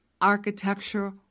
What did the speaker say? architecture